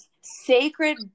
sacred